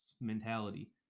mentality